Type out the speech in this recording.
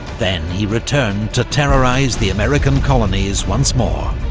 then he returned to terrorise the american colonies once more,